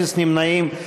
אפס נמנעים.